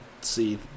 see